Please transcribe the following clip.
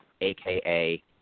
aka